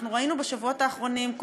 אנחנו ראינו בשבועות האחרונים,